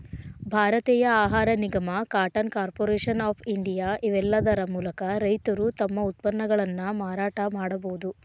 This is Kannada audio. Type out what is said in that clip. ಭಾರತೇಯ ಆಹಾರ ನಿಗಮ, ಕಾಟನ್ ಕಾರ್ಪೊರೇಷನ್ ಆಫ್ ಇಂಡಿಯಾ, ಇವೇಲ್ಲಾದರ ಮೂಲಕ ರೈತರು ತಮ್ಮ ಉತ್ಪನ್ನಗಳನ್ನ ಮಾರಾಟ ಮಾಡಬೋದು